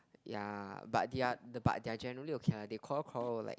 ya but they are but they are generally okay lah they quarrel quarrel like